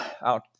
out